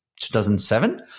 2007